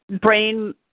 brain